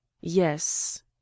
Yes